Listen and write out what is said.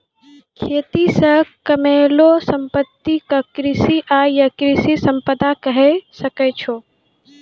खेती से कमैलो संपत्ति क कृषि आय या कृषि संपदा कहे सकै छो